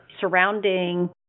surrounding